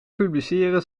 publiceren